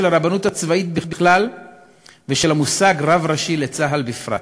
הרבנות הצבאית בכלל ושל המושג רב ראשי לצה"ל בפרט.